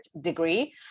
degree